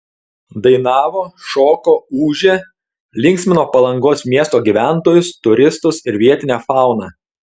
dainavo šoko ūžė linksmino palangos miesto gyventojus turistus ir vietinę fauną